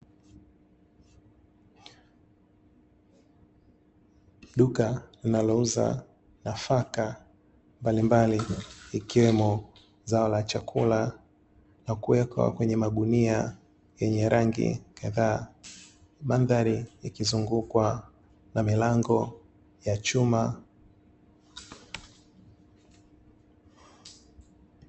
Duka linalouza nafaka mbalimbali, ikiwemo zao la chakula na kuwekwa kwenye magunia yenye rangi kadhaa, mandhari ikizungukwa na milango ya chuma.